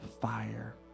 fire